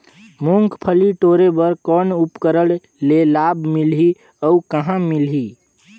मुंगफली टोरे बर कौन उपकरण ले लाभ मिलही अउ कहाँ मिलही?